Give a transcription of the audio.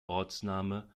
ortsname